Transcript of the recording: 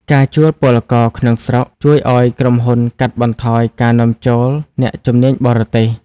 ការជួលពលករក្នុងស្រុកជួយឱ្យក្រុមហ៊ុនកាត់បន្ថយការនាំចូលអ្នកជំនាញបរទេស។